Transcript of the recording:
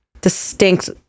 distinct